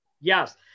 Yes